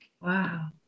wow